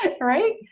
Right